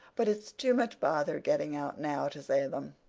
but it's too much bother getting out now to say them.